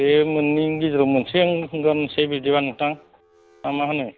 बे मोन्नैनि गेजेराव मोनसे होंगारसै बिदिबा नोंथां ना मा होनो